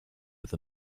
with